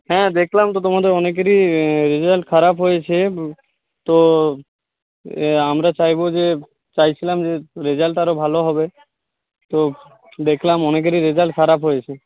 হ্যাঁ দেখলাম তো তোমাদের অনেকেরই রেজাল্ট খারাপ হয়েছে তো আমরা চাইবো যে চাইছিলাম যে রেজাল্টটা আরো ভালো হবে তো দেখলাম অনেকেরই রেজাল্ট খারাপ হয়েছে